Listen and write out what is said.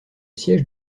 siège